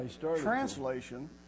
translation